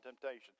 temptation